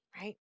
right